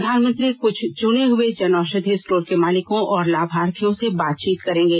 प्रधानमंत्री कुछ चुने हुए जनऔषधि स्टोर के मालिकों और लाभार्थियों से बातचीत करेंगे